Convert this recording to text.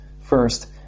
First